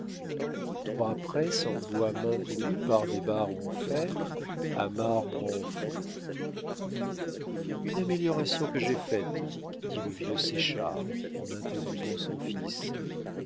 trois presses en bois maintenues par des barres en fer à marbre en fonte une amélioration que j'ai faite dit le vieux séchard en interrompant son fils